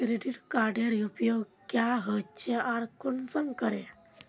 Credit कार्डेर उपयोग क्याँ होचे आर कुंसम करे?